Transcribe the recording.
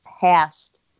past